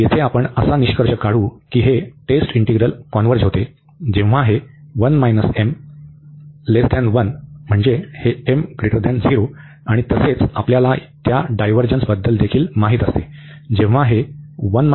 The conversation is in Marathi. आणि येथे आपण असा निष्कर्ष काढू की ही टेस्ट इंटीग्रल कॉन्व्हर्ज होते जेव्हा हे म्हणजे हे आणि तसेच आपल्याला त्या डायव्हर्जन्सबद्दल देखील माहित असते